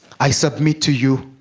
i submit to you